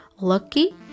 lucky